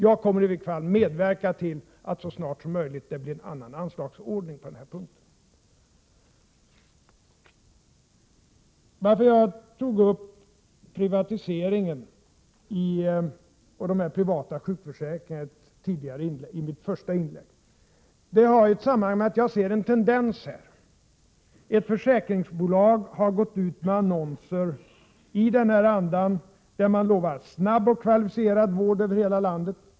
Jag kommer i varje fall att medverka till att det så snart som möjligt blir en annan anslagsordning på den punkten. Att jag tog upp privatiseringen och de privata sjukförsäkringarna i mitt första inlägg har ett samband med att jag här ser en tendens. Ett försäkringsbolag har gått ut med annonser i den anda jag beskrev och där man lovar snabb och kvalificerad vård över hela landet.